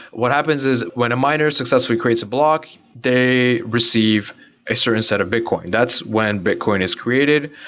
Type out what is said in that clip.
what happens is when a miner successfully creates a block, they receive a certain set of bitcoin. that's when bitcoin is created.